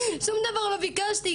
שום דבר לא ביקשתי,